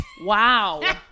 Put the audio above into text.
Wow